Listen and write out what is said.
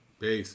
Peace